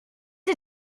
des